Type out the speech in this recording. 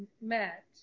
met